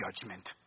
judgment